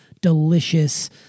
delicious